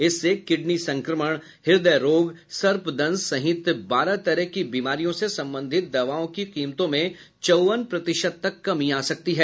इससे किडनी संक्रमण हृदय रोग सर्पदंस सहित बारह तरह की बीमारियों से संबंधित दवाओं की कीमतों में चौवन प्रतिशत तक कमी आ सकती है